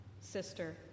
sister